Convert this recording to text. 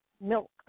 milk